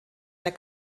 der